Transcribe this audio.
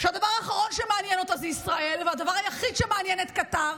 שהדבר האחרון שמעניין אותה הוא ישראל והדבר שמעניין את קטר